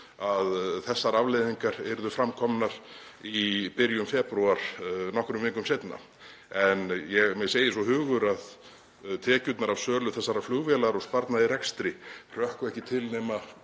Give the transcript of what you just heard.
að þessar afleiðingar yrðu komnar fram í byrjun febrúar, nokkrum vikum seinna. En mér segir svo hugur að tekjurnar af sölu þessarar flugvélar og sparnaði í rekstri hrökkvi ekki til nema